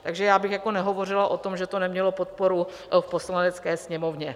Takže já bych jako nehovořila o tom, že to nemělo podporu v Poslanecké sněmovně.